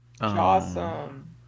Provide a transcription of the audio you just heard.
Awesome